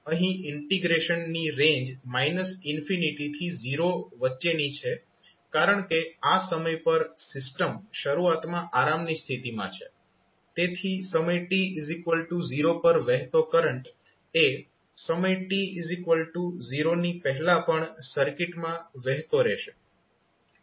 અહીં ઇન્ટીગ્રેશન ની રેંજ થી 0 વચ્ચેની છે કારણ કે આ સમય પર સિસ્ટમ શરૂઆતમાં આરામની સ્થિતિમાં છે તેથી સમય t0 પર વહેતો કરંટ એ સમય t0 ની પહેલા પણ સર્કિટમાં વહેતો રહેશે